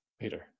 Peter